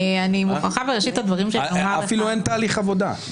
אני מוכרחה בראשית הדברים שאני אומר לך -- אפילו אין תהליך עבודה.